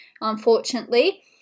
unfortunately